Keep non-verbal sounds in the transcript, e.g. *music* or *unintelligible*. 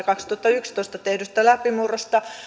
*unintelligible* kaksituhattayksitoista tehdystä läpimurrosta